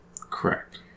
Correct